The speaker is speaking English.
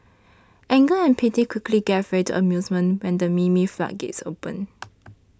anger and pity quickly gave way to amusement when the meme floodgates opened